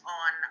on